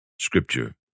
Scripture